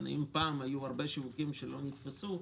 אם פעם היו הרבה שיווקים שלא נתפסו,